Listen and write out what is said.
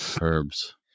herbs